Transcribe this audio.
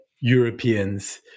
Europeans